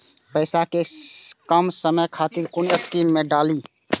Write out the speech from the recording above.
पैसा कै कम समय खातिर कुन स्कीम मैं डाली?